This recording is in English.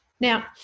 Now